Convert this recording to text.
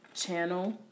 channel